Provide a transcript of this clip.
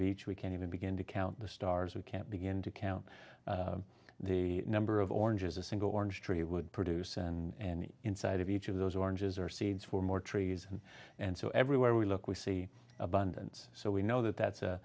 beach we can't even begin to count the stars we can't begin to count the number of oranges a single orange tree would produce and inside of each of those oranges or seeds for more trees and so everywhere we look we see abundance so we know that that's